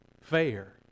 fair